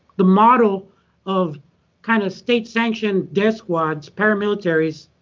the model of kind of state-sanctioned desk squads, paramilitaries,